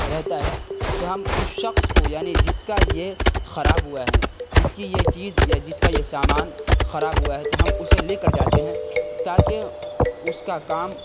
رہتا ہے تو ہم اس شخص کو یعنی جس کا یہ خراب ہوا ہے جس کی یہ چیز یا جس کا یہ سامان خراب ہوا ہے تو ہم اسے لے کر جاتے ہیں تاکہ اس کا کام